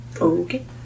Okay